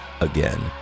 again